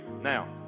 Now